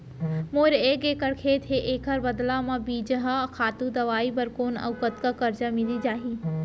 मोर एक एक्कड़ खेत हे, एखर बदला म बीजहा, खातू, दवई बर कोन अऊ कतका करजा मिलिस जाही?